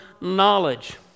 knowledge